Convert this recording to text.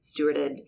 stewarded